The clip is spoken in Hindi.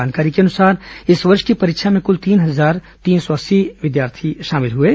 जानकारी के अनुसार इस वर्ष की परीक्षा में कल तीन हजार तीन सौ अस्सी छात्र शामिल हुए थे